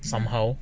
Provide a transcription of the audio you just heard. somehow um